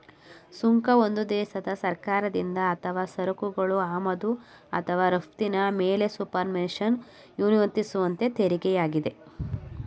ಸುಂಕ ಒಂದು ದೇಶದ ಸರ್ಕಾರದಿಂದ ಅಥವಾ ಸರಕುಗಳ ಆಮದು ಅಥವಾ ರಫ್ತಿನ ಮೇಲೆಸುಪರ್ನ್ಯಾಷನಲ್ ಯೂನಿಯನ್ವಿಧಿಸುವತೆರಿಗೆಯಾಗಿದೆ